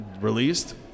released